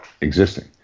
existing